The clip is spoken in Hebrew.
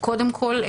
קודם כל,